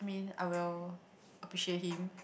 I mean I will appreciate him